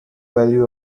value